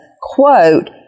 quote